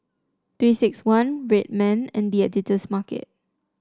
Three six one Red Man and The Editor's Market